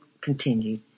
continued